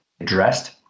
addressed